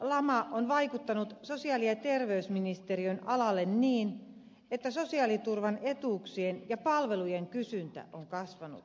talouslama on vaikuttanut sosiaali ja terveysministeriön alalla niin että sosiaaliturvan etuuksien ja palvelujen kysyntä on kasvanut